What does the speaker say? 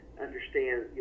understand